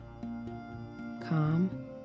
calm